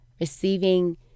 receiving